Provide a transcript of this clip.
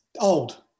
old